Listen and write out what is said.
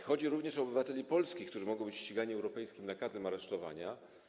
Chodzi również o obywateli polskich, którzy mogą być ścigani europejskim nakazem aresztowania.